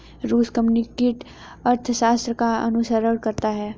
रूस कम्युनिस्ट अर्थशास्त्र का अनुसरण करता है